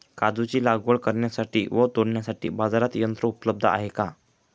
काजूची लागवड करण्यासाठी व तोडण्यासाठी बाजारात यंत्र उपलब्ध आहे का?